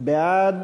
הוועדה: בעד,